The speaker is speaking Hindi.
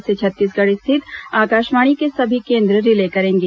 इसे छत्तीसगढ़ स्थित आकाशवाणी के सभी केंद्र रिले करेंगे